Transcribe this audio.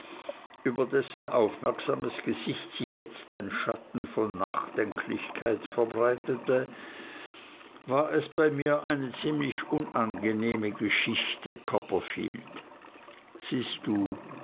über dessen aufmerksames gesicht sich jetzt ein schatten von nachdenklichkeit verbreitete war es bei mir eine ziemlich unangenehme geschichte copperfield siehst du